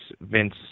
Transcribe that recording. Vince